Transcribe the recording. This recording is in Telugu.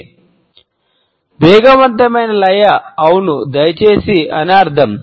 " వేగవంతమైన లయ అవును దయచేసి అని అర్ధం